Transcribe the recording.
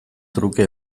truke